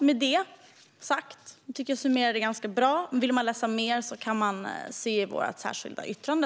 Med detta har jag summerat det ganska bra. Vill man läsa mer kan man titta på vårt särskilda yttrande.